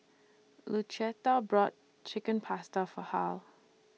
Lucetta brought Chicken Pasta For Hal